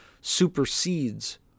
supersedes